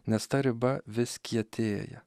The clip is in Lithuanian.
nes ta riba vis kietėja